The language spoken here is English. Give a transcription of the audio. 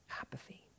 apathy